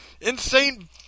insane